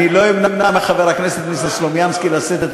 לא אמנע מחבר הכנסת סלומינסקי לשאת את